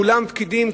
כולם פקידים,